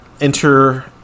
enter